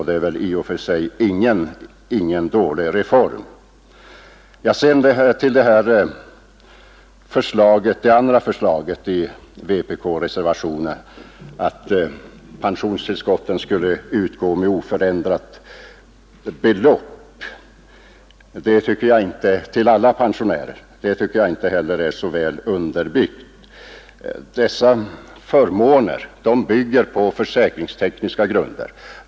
Det är i och för sig ingen dålig reform. Det andra förslaget i vpk-reservationen, att pensionstillskotten skulle utgå med oförändrat belopp till alla pensionärer, tycker jag inte heller är så väl underbyggt. Dessa förmåner är baserade på försäkringstekniska grunder.